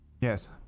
Yes